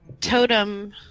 totem